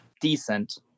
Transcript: decent